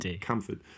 comfort